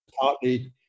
partly